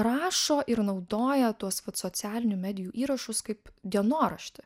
rašo ir naudoja tuos vat socialinių medijų įrašus kaip dienoraštį